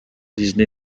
disney